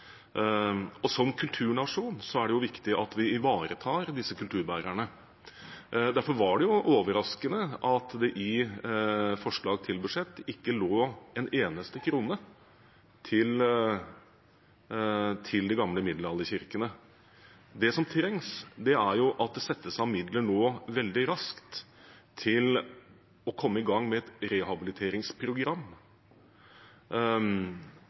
og som kulturnasjon er det viktig at vi ivaretar disse kulturbærerne. Derfor var det overraskende at det i forslaget til budsjett ikke lå en eneste krone til de gamle middelalderkirkene. Det som trengs, er at det nå settes av midler veldig raskt til å komme i gang med et rehabiliteringsprogram.